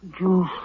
Juice